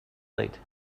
late